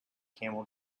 camel